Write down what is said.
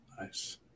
Nice